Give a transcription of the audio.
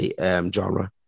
genre